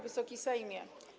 Wysoki Sejmie!